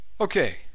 Okay